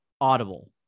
Audible